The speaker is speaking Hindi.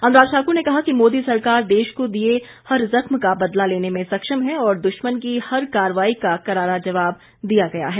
अनुराग ठाकुर ने कहा है कि मोदी सरकार देश को दिए हर जख्म का बदला लेने में सक्षम है और दुश्मन की हर कार्रवाई का करारा जवाब दिया गया है